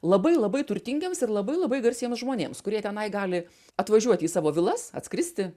labai labai turtingiems ir labai labai garsiems žmonėms kurie tenai gali atvažiuoti į savo vilas atskristi